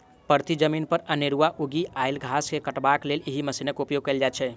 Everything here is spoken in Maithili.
परती जमीन पर अनेरूआ उगि आयल घास के काटबाक लेल एहि मशीनक उपयोग कयल जाइत छै